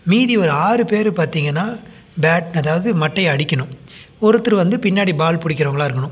மீதி ஒரு ஆறு பேர் பார்த்திங்கன்னா பேட் அதாவது மட்டை அடிக்கணும் ஒருத்தர் வந்து பின்னாடி பால் பிடிக்கிறவங்களா இருக்கணும்